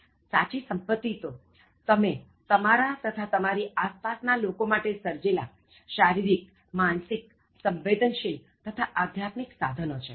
સાચી સંપત્તિ તો તમે તમારા તથા તમારી આસપાસ ના લોકો માટે સર્જેલા શારીરિક માનસિક સંવેદન શીલ તથા આધ્યાત્મિક સાધનો છે